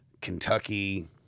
Kentucky